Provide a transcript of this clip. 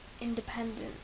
independent